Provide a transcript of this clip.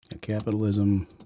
capitalism